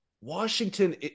Washington